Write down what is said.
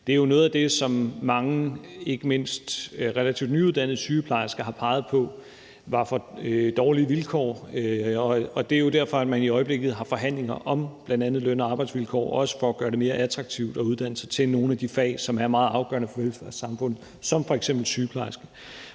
For noget af det, som mange, ikke mindst relativt nyuddannede sygeplejersker, har peget på, er for dårlige vilkår. Og det er jo derfor, at man i øjeblikket har forhandlinger om bl.a. løn- og arbejdsvilkår, også for at gøre det mere attraktivt at uddanne sig til nogle af de fag, som er meget afgørende for velfærdssamfundet, f.eks. sygeplejersker.